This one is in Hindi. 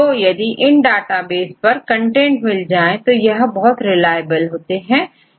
तो यदि इन डेटाबेस पर कंटेंट मिल जाए तो यह बहुत रिलायबल होते हैं